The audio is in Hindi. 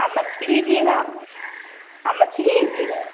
आप मछली लीजिएगा आप मछली लीजिएगा